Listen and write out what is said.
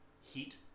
heat